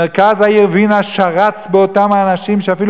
מרכז העיר וינה שרץ באותם אנשים שאפילו